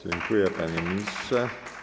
Dziękuję, panie ministrze.